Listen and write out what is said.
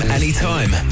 anytime